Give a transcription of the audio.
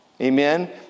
Amen